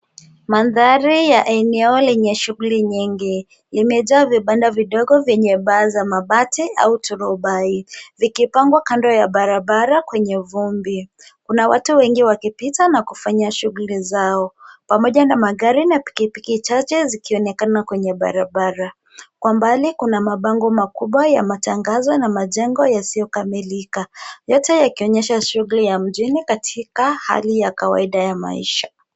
Mandhari ya eneo lenye shughuli nyingi limejaa vibanda vidogo vyenye paa za mabati au turobaini vikipangwa kando ya barabara kwenye vumbi. Kuna watu wengi wakipita na kufanya shughuli zao pamoja na magari na pikipiki chache zikionekana kwenye barabara. Kwa mbali kuna mabango makubwa ya matangazo na majengo yasiyo kamilika yote yakionyesha shughuli ya mjini katika hali ya kawaida ya maisha.